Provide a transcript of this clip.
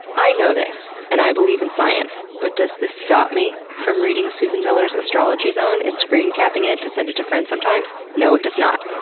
i know this, and i believe in science, but does this stop me from reading susan miller's astrology zone and screen-capping it to send it to friends sometimes? no, it does not.